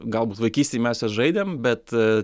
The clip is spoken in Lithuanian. galbūt vaikystėj mes juos žaidėm bet